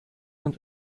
und